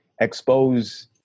expose